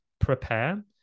prepare